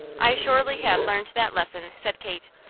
i surely have learned that lesson, said kate.